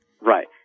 Right